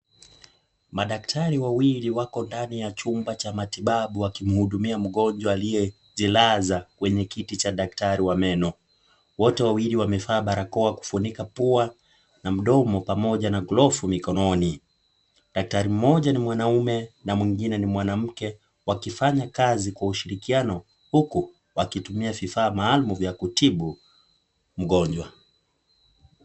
Madaktari wawili wako ndani ya chumba cha matibabu wamkimhudumia mgonjwa aliyejilaza kwenye kiti cha daktari wa meno. Wote wawili wamevaa barakoa kufunika pua na mdomo pamoja na glovu mikononi. Daktari mmoja ni mwanaume na mwingine ni mwanamke wakifanya kazi kwa ushirikiano huku wakitumia vifaa maalum ya kutibu mgonjwa.